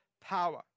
power